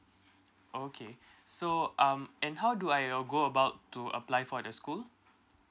okay so um and how do I go about to apply for the school